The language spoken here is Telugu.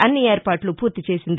అన్ని ఏర్పాట్లూ పూర్తి చేసింది